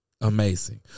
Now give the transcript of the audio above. Amazing